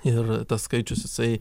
ir tas skaičius jisai